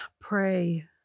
Pray